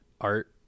art